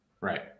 right